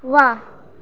व्वा